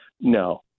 no